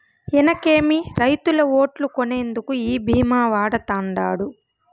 ఇనకేమి, రైతుల ఓట్లు కొనేందుకు ఈ భీమా వాడతండాడు